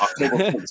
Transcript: October